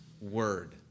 word